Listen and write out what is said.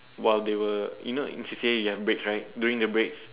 while they were you know in C_C_A there is breaks right during the break